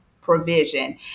provision